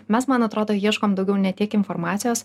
mes man atrodo ieškom daugiau ne tiek informacijos